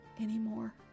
anymore